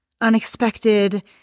unexpected